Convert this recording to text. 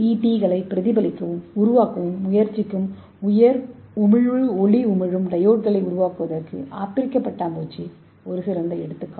டிகளைப் பிரதிபலிக்கவும் உருவாக்கவும் முயற்சிக்கும் உயர் உமிழ்வு ஒளி உமிழும் டையோட்களை உருவாக்குவதற்கு ஆப்பிரிக்க பட்டாம்பூச்சி ஒரு சிறந்த எடுத்துக்காட்டு